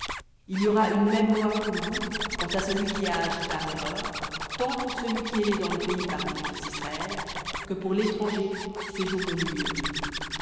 il y aura une même loi pour vous quant à celui qui a agi par erreur tant pour celui qui est né dans le pays parmi les fils d'israël que pour l'étranger qui séjourne au milieu d'eux